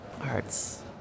Arts